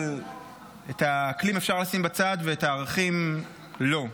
אבל את האקלים אפשר לשים בצד ואת הערכים לא.